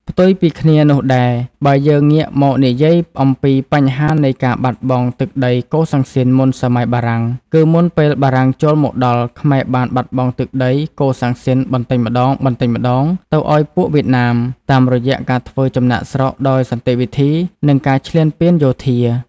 ផ្ទុយពីគ្នានោះដែរ បើយើងងាកមកនិយាយអំពីបញ្ហានៃការបាត់បង់ទឹកដីកូសាំងស៊ីនមុនសម័យបារាំង គឺមុនពេលបារាំងចូលមកដល់ ខ្មែរបានបាត់បង់ទឹកដីកូសាំងស៊ីនបន្តិចម្តងៗទៅឱ្យពួកវៀតណាម តាមរយៈការធ្វើចំណាកស្រុកដោយសន្តិវិធី និងការឈ្លានពានយោធា។